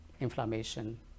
inflammation